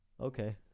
Okay